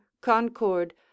concord